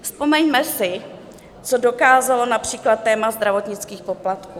Vzpomeňme si, co dokázalo například téma zdravotnických poplatků.